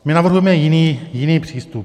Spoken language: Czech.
My navrhujeme jiný, jiný přístup.